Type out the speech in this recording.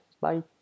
Bye